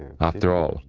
after all,